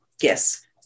Yes